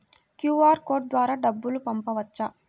QR code ద్వారా డబ్బులు పంపవచ్చా?